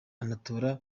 anatole